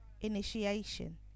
initiation